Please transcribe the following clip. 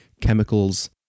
chemicals